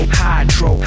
hydro